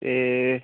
एह्